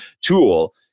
tool